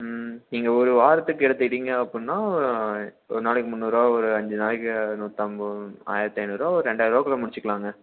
ம் நீங்கள் ஒரு வாரத்துக்கு எடுத்துக்கிட்டீங்க அப்புடினா ஒரு நாளைக்கு முன்னூறுரூவா ஒரு அஞ்சு நாளைக்கு நூற்றம்ப ஆயிரத்து ஐநூறுரூவா ஒரு ரெண்டாயிரம் ரூபாக்குள்ள முடிச்சுக்கிலாங்க